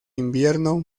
invierno